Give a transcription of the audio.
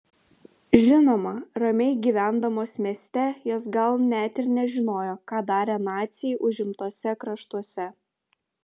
žinoma ramiai gyvendamos mieste jos gal net ir nežinojo ką darė naciai užimtuose kraštuose